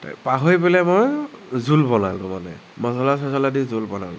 পাহৰি পেলাই মই জোল বনালো মানে মছলা চছলা দি জোল বনালো